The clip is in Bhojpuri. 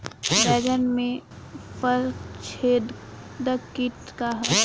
बैंगन में फल छेदक किट का ह?